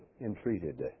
entreated